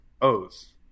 O's